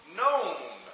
known